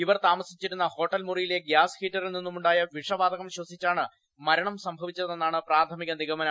ഇവർ താമസിച്ചിരുന്ന ഹോട്ടൽ മുറിയിലെ ഗ്യാസ് ഹീറ്ററിൽ നിന്നുമുണ്ടായ വിഷവാതകം ശ്വസിച്ചാണ് മരണം സംഭവിച്ചതെന്നാണ് പ്രാഥമിക നിഗമനം